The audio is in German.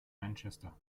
manchester